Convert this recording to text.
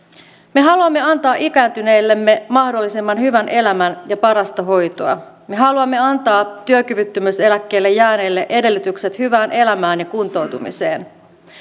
me haluamme antaa ikääntyneillemme mahdollisimman hyvän elämän ja parasta hoitoa me haluamme antaa työkyvyttömyyseläkkeelle jääneelle edellytykset hyvään elämään ja kuntoutumiseen